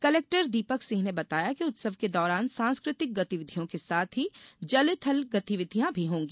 collector Deepak Singh ने बताया कि उत्सव के दौरान सांस्कृतिक गतिविधियों के साथ ही जल थल गतिविधियां भी होंगी